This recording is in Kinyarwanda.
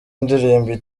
ndirimbo